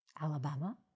Alabama